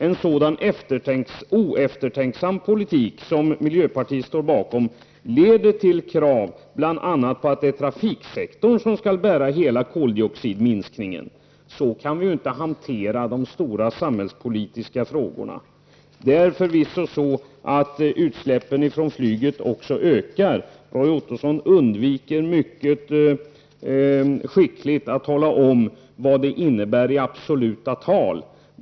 En sådan oeftertänksam politik som miljöpartiet står bakom leder bl.a. till krav på att trafiksektorn skall bära hela koldioxidminskningen. Så kan vi inte hantera de stora samhällspolitiska frågorna. Det är förvisso så att också utsläppen från flyget ökar. Men Roy Ottosson undviker mycket skickligt att tala om vad det innebär i absoluta tal.